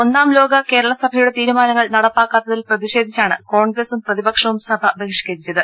ഒന്നാം ലോക കേരളസഭയുടെ തീരുമാനങ്ങൾ നടപ്പാക്കാത്ത തിൽ പ്രതിഷേധിച്ചാണ് കോൺഗ്രസും പ്രതിപക്ഷവും സഭ ബഹി ഷ്കരിച്ചത്